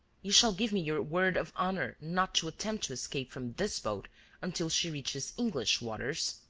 you shall give me your word of honour not to attempt to escape from this boat until she reaches english waters.